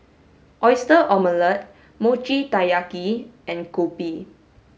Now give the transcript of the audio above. Oyster Omelette Mochi Taiyaki and Kopi